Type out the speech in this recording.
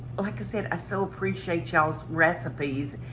like i said, i so appreciate y'all's recipes.